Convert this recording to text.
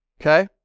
Okay